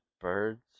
birds